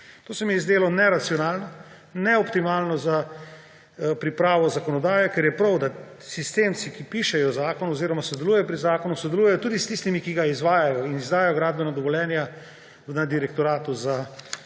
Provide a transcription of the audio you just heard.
To se mi je zdelo neracionalno, neoptimalno za pripravo zakonodaje, ker je prav, da sistemci, ki pišejo zakon oziroma sodelujejo pri zakonu, sodelujejo tudi s tistimi, ki ga izvajajo in izdajajo gradbena dovoljenja na Direktoratu za